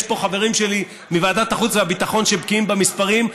יש פה חברים שלי מוועדת החוץ והביטחון שבקיאים במספרים,